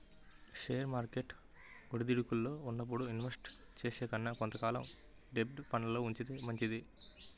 share market ఒడిదుడుకుల్లో ఉన్నప్పుడు invest చేసే కన్నా కొంత కాలం డెబ్ట్ ఫండ్లల్లో ఉంచితే మంచిది